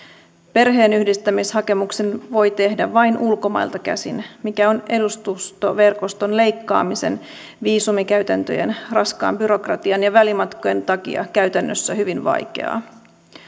perheenyhdistämishakemuksen voi tehdä vain ulkomailta käsin mikä on edustustoverkoston leikkaamisen viisumikäytäntöjen raskaan byrokratian ja välimatkojen takia käytännössä hyvin vaikeaa